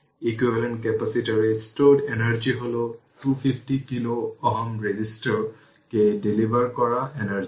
equivalent ক্যাপাসিটরে stored energy হল 250 kilo Ω resistor কে ডেলিভার করা এনার্জি